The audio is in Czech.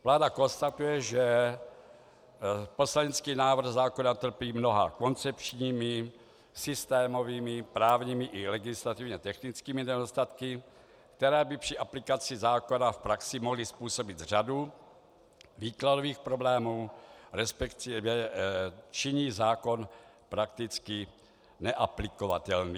Vláda konstatuje, že poslanecký návrh zákona trpí mnoha koncepčními, systémovými, právními i legislativně technickými nedostatky, které by při aplikaci zákona v praxi mohly způsobit řadu výkladových problémů, resp. činí zákon prakticky neaplikovatelným.